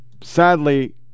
sadly